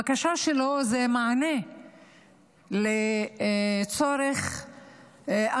הבקשה שלו זה למענה על צורך אמיתי,